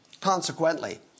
Consequently